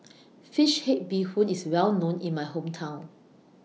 Fish Head Bee Hoon IS Well known in My Hometown